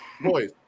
Boys